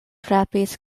frapis